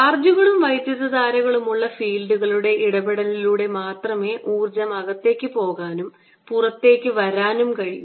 ചാർജുകളും വൈദ്യുതധാരകളും ഉള്ള ഫീൽഡുകളുടെ ഇടപെടലിലൂടെ മാത്രമേ ഊർജ്ജം അകത്തേക്ക് പോകാനും പുറത്തു വരാനും കഴിയൂ